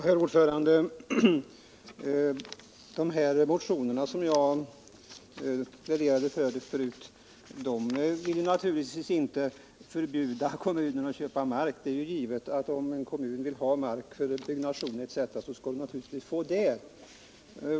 Herr talman! Motionerna som jag pläderade för förut vill naturligtvis inte förbjuda kommunen att köpa mark. Det är givet att om en kommun vill ha mark för byggnation etc. så skall den få det.